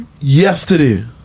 yesterday